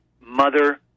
mother